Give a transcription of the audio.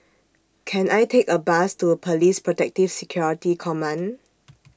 Can I Take A Bus to Police Protective Security Command